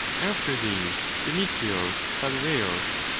after these, demetrius phalereus,